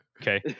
okay